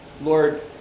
Lord